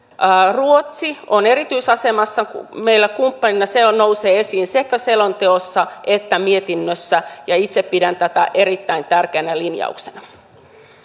ruotsi on erityisasemassa meillä kumppanina se nousee esiin sekä selonteossa että mietinnössä ja itse pidän tätä erittäin tärkeänä linjauksena